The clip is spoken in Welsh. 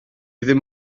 ddim